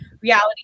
reality